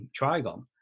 Trigon